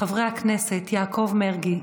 חברי הכנסת יעקב מרגי,